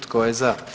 Tko je za?